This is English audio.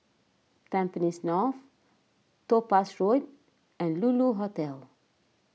Tampines North Topaz Road and Lulu Hotel